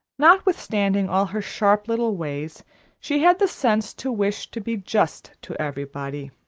notwithstanding all her sharp little ways she had the sense to wish to be just to everybody.